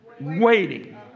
waiting